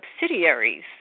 subsidiaries